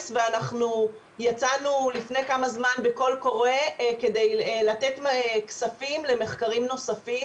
ואנחנו יצאנו לפני כמה זמן בקול קורא כדי לתת כספים למחקרים נוספים.